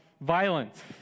violence